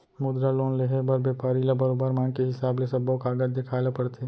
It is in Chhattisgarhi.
मुद्रा लोन लेहे बर बेपारी ल बरोबर मांग के हिसाब ले सब्बो कागज देखाए ल परथे